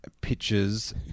pictures